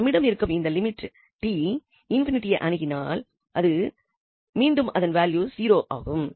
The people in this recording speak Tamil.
நம்மிடம் இருக்கும் இந்த லிமிட் 𝑡 ∞ ஐ அணுகினால் மீண்டும் அதன் வேல்யூ 0 ஆகும்